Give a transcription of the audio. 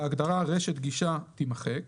"ההגדרה "רשת גישה" תימחק"